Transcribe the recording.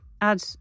add